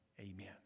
Amen